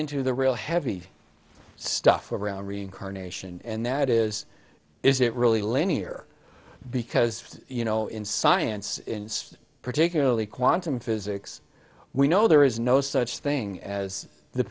into the real heavy stuff around reincarnation and that is is it really linear because you know in science particularly quantum physics we know there is no such thing as the